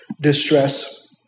distress